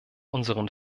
unseren